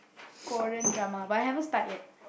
Korean drama but I haven't start yet